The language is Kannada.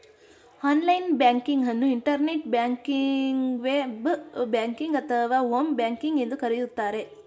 ಆನ್ಲೈನ್ ಬ್ಯಾಂಕಿಂಗ್ ಅನ್ನು ಇಂಟರ್ನೆಟ್ ಬ್ಯಾಂಕಿಂಗ್ವೆ, ಬ್ ಬ್ಯಾಂಕಿಂಗ್ ಅಥವಾ ಹೋಮ್ ಬ್ಯಾಂಕಿಂಗ್ ಎಂದು ಕರೆಯುತ್ತಾರೆ